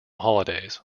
holidays